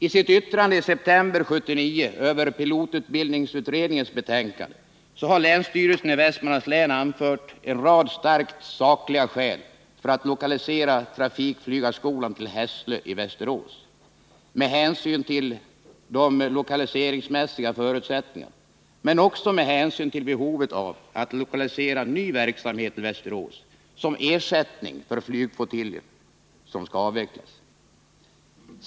I sitt yttrande i september 1979 över pilotutbildningsutredningens betänkande har länsstyrelsen i Västmanlands län anfört en rad starkt sakliga skäl för att lokalisera trafikflygarskolan till Hässlö i Västerås med hänsyn till de lokaliseringsmässiga förutsättningarna med också med hänsyn till behovet av att lokalisera ny verksamhet till Västerås som ersättning för flygflottiljen, som skall avvecklas.